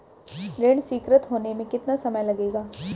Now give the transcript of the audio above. ऋण स्वीकृत होने में कितना समय लगेगा?